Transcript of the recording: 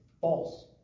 false